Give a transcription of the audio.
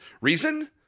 reason